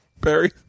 barry